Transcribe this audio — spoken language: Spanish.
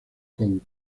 con